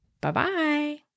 Bye-bye